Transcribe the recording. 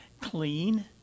clean